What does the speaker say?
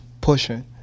pushing